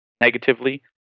negatively